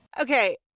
okay